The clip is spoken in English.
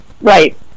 Right